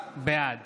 בעד